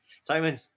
Simon